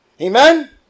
Amen